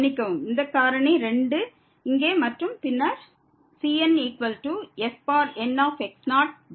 மன்னிக்கவும் இந்த காரணி 2 இங்கே மற்றும் பின்னர் cnfnx0n